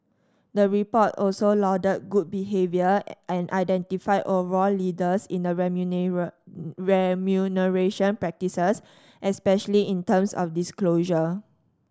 the report also lauded good behaviour and identified overall leaders in a remuneration practices especially in terms of disclosure